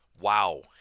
wow